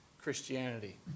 Christianity